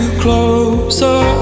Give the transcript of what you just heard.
closer